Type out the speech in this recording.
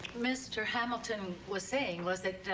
mr. hamilton was saying was that, ah,